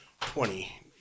twenty